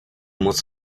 moc